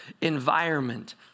environment